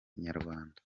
inyarwanda